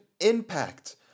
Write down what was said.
impact